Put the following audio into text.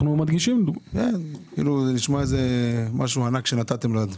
אתם מציגים את זה כמשהו ענק שנתתם.